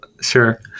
sure